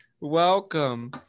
Welcome